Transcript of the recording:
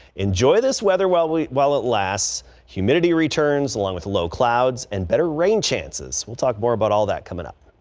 enjoy this weather. well we well at last humidity returns along with low clouds and better rain chances will talk more about all that clouds ah